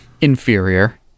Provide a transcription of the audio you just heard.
Inferior